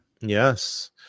Yes